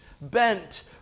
bent